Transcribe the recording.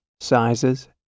sizes